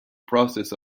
process